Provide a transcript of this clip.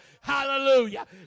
Hallelujah